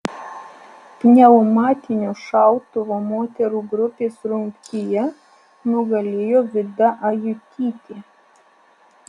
pneumatinio šautuvo moterų grupės rungtyje nugalėjo vida ajutytė